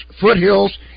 Foothills